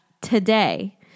today